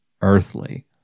earthly